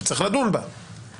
וצריך לדון בה,